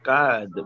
God